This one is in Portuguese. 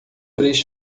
três